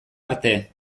arte